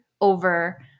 over